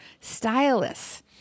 stylists